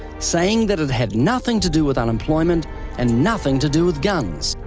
saying that it had nothing to do with unemployment and nothing to do with guns.